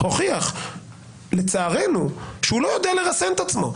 הוכיח לצערנו שהוא לא יודע לרסן את עצמו.